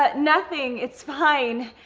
but nothing, it's fine,